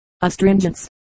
Astringents